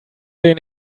den